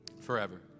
forever